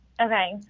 Okay